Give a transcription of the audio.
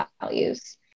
values